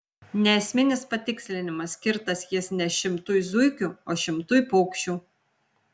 neesminis patikslinimas skirtas jis ne šimtui zuikių o šimtui paukščių